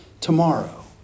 tomorrow